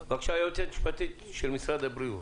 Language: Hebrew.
היועצת המשפטית של משרד הבריאות.